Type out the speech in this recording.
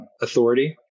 authority